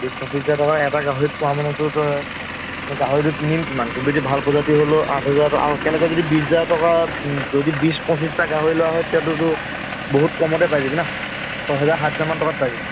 বিছ পঁচিছ হাজাৰ টকা এটা গাহৰিত পোৱা মানেতো তই এনেই গাহৰিটো কিনিম কিমানকৈ বেছি ভাল প্ৰজাতিৰ হ'লেও আঠ হাজাৰ টকা আৰু একেলগে যদি বিছ হাজাৰ টকা যদি বিছ পঁচিছটা গাহৰি লোৱা হয় তেতিয়াতো তোৰ বহুত কমতে পাই যাবি না ছহেজাৰ সাত হেজাৰমানত পাই যাবি